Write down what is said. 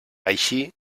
així